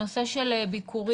הנושא של ביקורים,